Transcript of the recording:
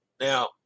Now